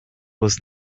was